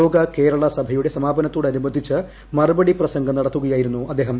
ലോക കേരള സഭയുടെ സമാപനത്തോടനുബന്ധിച്ച് മറുപ്ടി പ്രസംഗം നടത്തുകയായിരുന്നു അദ്ദേഹം